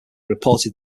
reported